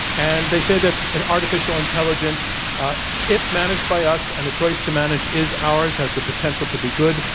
and they say that an artificial intelligence if managed by us, and the choice to manage is ours, has the potential to be good,